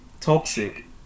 toxic